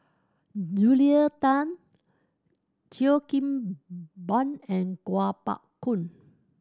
Julia Tan Cheo Kim Ban and Kuo Pao Kun